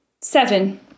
Seven